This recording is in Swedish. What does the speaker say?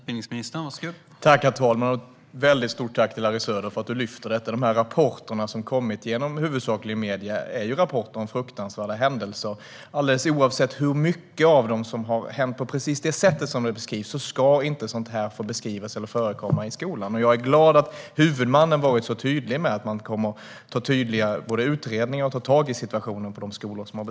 Herr talman! Jag vill rikta ett stort tack till dig, Larry Söder, för att du lyfter detta. Dessa rapporter, som kommit huvudsakligen genom medierna, gäller fruktansvärda händelser. Oavsett hur mycket av detta som har hänt på precis det sätt som beskrivs ska inte sådant här få förekomma i skolan, och jag är glad att huvudmannen varit så tydlig med att man kommer att göra utredningar och ta tag i situationen på de berörda skolorna.